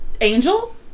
Angel